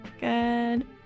Good